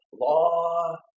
law